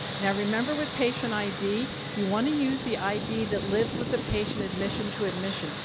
now remember with patient id, you want to use the id that lives with the patient admission to admission.